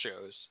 shows